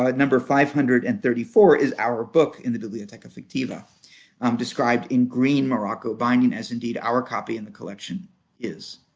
ah number five hundred and thirty four, is our book in the bibliotheca fictiva um described in green morocco binding as and our copy in the collection is.